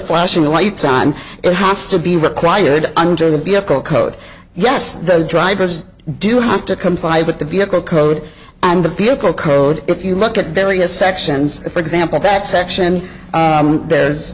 flashing lights on it has to be required under the vehicle code yes the drivers do have to comply but the vehicle code and the vehicle code if you look at various sections for example that section there's